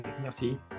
Merci